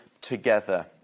together